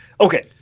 Okay